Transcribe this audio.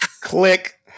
Click